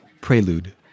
Prelude